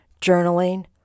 journaling